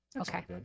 okay